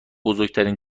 بزرگترین